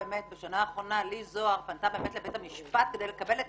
בשנה האחרונה לי זוהר פנתה לבית המשפט כדי לקבל את